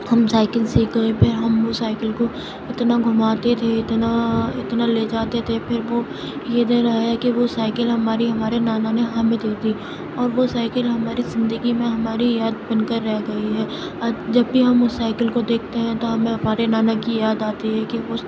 ہم سائیکل سیکھ کر پھر ہم اس سائیکل کو اتنا گھوماتے تھے اتنا اتنا لے جاتے تھے پھر وہ یہ دن آیا کہ وہ سائیکل ہماری ہمارے نانا نے ہمیں دے دی اور وہ سائیکل ہماری زندگی میں ہماری یاد بن کر رہ گئی ہے جب بھی ہم اس سائیکل کو دیکھتے ہیں ہمیں ہمارے نانا کی یاد آتی ہے کہ اس